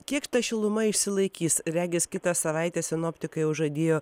kiek ta šiluma išsilaikys regis kitą savaitę sinoptikai jau žadėjo